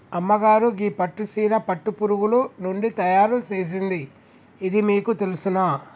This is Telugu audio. అమ్మగారు గీ పట్టు సీర పట్టు పురుగులు నుండి తయారు సేసింది ఇది మీకు తెలుసునా